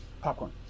Popcorn